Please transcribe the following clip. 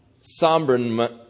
somberness